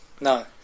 no